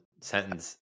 sentence